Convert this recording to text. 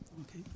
Okay